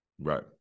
Right